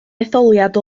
etholiad